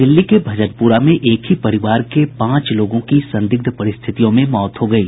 दिल्ली के भजनपुरा में एक ही परिवार के पांच लोगों की संदिग्ध परिस्थितियों में मौत हो गयी